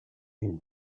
une